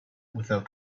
without